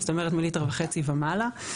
זאת אומרת מליטר וחצי ומעלה.